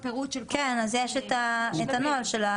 אז יש את הנוהל.